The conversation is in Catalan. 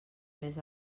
més